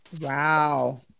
wow